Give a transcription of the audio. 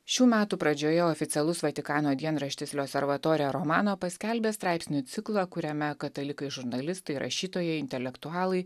šių metų pradžioje oficialus vatikano dienraštis lio servatorė romano paskelbė straipsnių ciklą kuriame katalikai žurnalistai rašytojai intelektualai